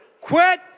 Quit